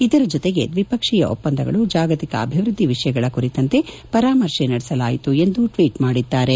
ಇದರ ಜೊತೆಗೆ ದ್ವಿಸಕ್ಷೀಯ ಒಪ್ಪಂದಗಳು ಜಾಗತಿಕ ಅಭಿವೃದ್ಧಿ ವಿಷಯಗಳ ಕುರಿತಂತೆ ಪರಾಮರ್ತೆ ನಡೆಸಲಾಯಿತು ಎಂದು ಟ್ವೀಟ್ ಮಾಡಿದ್ದಾರೆ